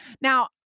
Now